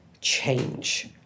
change